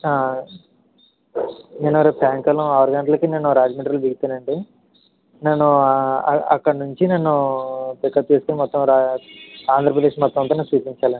నేను రేపు సాయంత్రం ఆరుగంటలకు నేను రాజమండ్రిలో దిగుతాను అండి నేను అక్కడ నుంచి నన్ను పికప్ చేసుకొని మొత్తం ఆంధ్రప్రదేశ్ మొత్తం చూపించాలి అండి